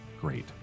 Great